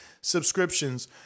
subscriptions